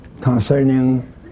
concerning